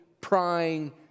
prying